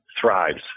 thrives